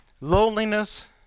loneliness